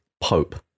Pope